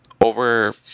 over